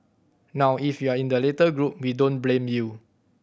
now if you're in the latter group we don't blame you